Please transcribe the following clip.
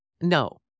No